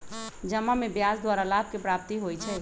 जमा में ब्याज द्वारा लाभ के प्राप्ति होइ छइ